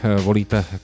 volíte